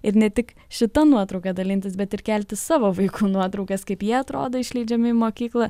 ir ne tik šita nuotrauka dalintis bet ir kelti savo vaikų nuotraukas kaip jie atrodo išleidžiami į mokyklą